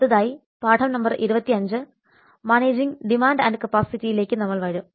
അടുത്തതായി പാഠം number 25 managing demand and കപ്പാസിറ്റിയിലേക്ക് നമ്മൾ വരും